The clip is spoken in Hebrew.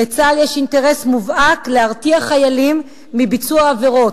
לצה"ל יש אינטרס מובהק להרתיע חיילים מביצוע עבירות,